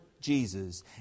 Jesus